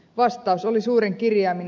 vastaus oli suurin kirjaimin